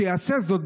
שיעשה זאת,